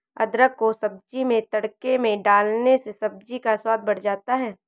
अदरक को सब्जी में तड़के में डालने से सब्जी का स्वाद बढ़ जाता है